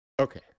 Okay